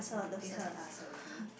this one ask already